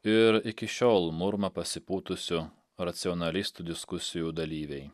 ir iki šiol murma pasipūtusių racionalistų diskusijų dalyviai